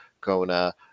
Kona